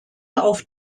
auf